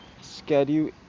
Schedule